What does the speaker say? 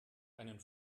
einen